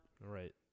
Right